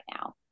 now